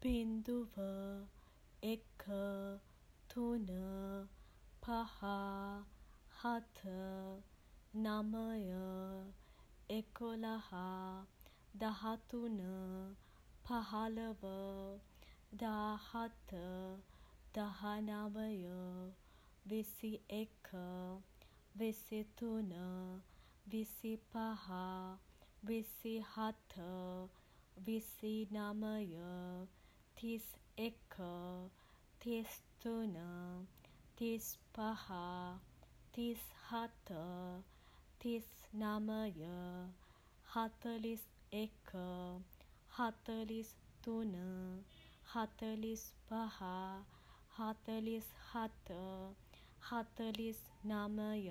බින්දුව, එක, තුන, පහ, හත, නමය, එකොළහ, දහතුන, පහළව, දාහත, දහ නමය, විසි එක, විසි තුන, විසි පහ, විසි හත, විසි නමය, තිස් එක, තිස් තුන, තිස් පහ, තිස් හත, තිස් නමය, හතළිස් එක, හතළිස් තුන, හතළිස් පහ, හතළිස් හත, හතළිස් නමය,